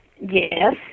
yes